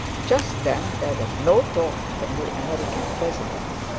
just then there was no talk of a new american president.